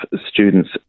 students